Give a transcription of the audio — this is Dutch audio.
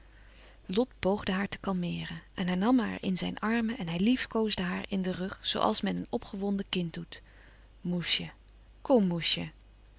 poogde haar te kalmeeren en hij nam haar in zijn armen en hij liefkoosde haar in den rug zoo als men een opgewonden kind doet moesje kom moesje